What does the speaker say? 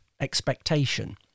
expectation